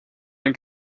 den